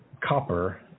copper